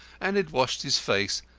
and had washed his face,